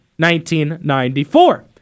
1994